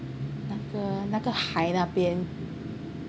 那个那个海那边